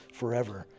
forever